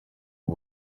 ubu